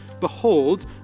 Behold